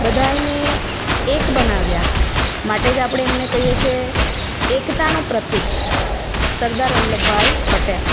બધાંયને એક બનાવ્યા માટે જ આપણે એમને કહીએ છીએ કે એકતાનું પ્રતીક સરદાર વલ્લભભાઈ પટેલ